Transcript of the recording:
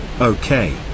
Okay